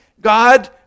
God